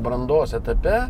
brandos etape